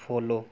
follow